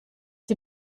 die